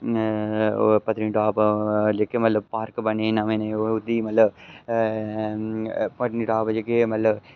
पत्नीटाप जेह्के पार्क बने नमें नमें ते ओह्दे मतलव पत्नीटाप जेह्के मतलव